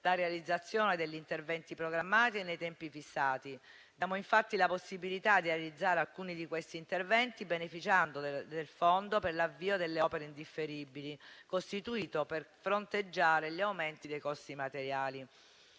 la realizzazione degli interventi programmati nei tempi fissati. Diamo, infatti, la possibilità di realizzare alcuni di questi interventi beneficiando del fondo per l'avvio delle opere indifferibili, costituito per fronteggiare gli aumenti dei costi materiali.